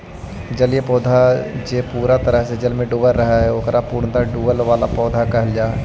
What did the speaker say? जलीय पौधा जे पूरा तरह से जल में डूबल रहऽ हई, ओकरा पूर्णतः डुबल पौधा कहल जा हई